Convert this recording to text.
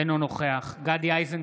אינו נוכח גדי איזנקוט,